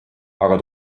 aga